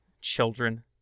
children